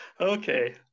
Okay